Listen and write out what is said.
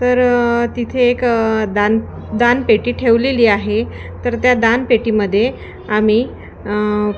तर तिथे एक दान दानपेटी ठेवलेली आहे तर त्या दानपेटीमध्ये आम्ही